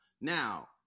Now